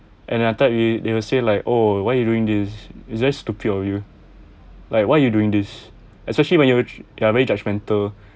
and I thought we they will say like oh why you doing this it's very stupid of you like why you doing this especially when you ya really judgmental